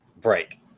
break